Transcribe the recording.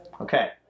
Okay